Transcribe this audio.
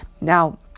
now